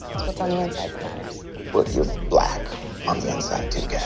it's what's on the inside that matters but you're black on the inside, too,